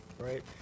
right